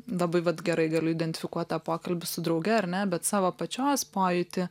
labai vat gerai galiu identifikuot tą pokalbį su drauge ar ne bet savo pačios pojūtį